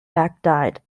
baghdad